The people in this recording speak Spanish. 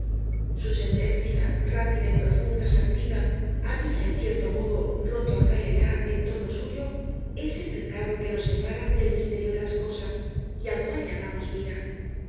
su sentencia rápida y profunda sacudida habia en cierto modo roto acá y allá en torno suyo ese cercado que nos separa del misterio de las cosas y al cual llamamos vida